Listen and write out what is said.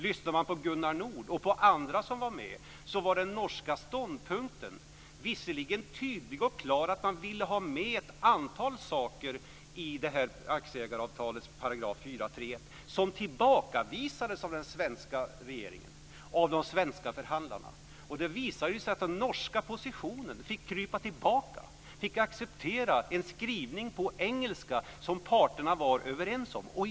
Lyssnade man på Gunnar Nord och på andra som var med, var den norska ståndpunkten visserligen tydlig och klar att man ville ha med ett antal saker i § 4.3 i aktieägaravtalet som tillbakavisades av den svenska regeringen och de svenska förhandlarna. Det visade sig att den norska positionen fick krypa tillbaka och fick acceptera en skrivning på engelska som parterna var överens om.